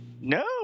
No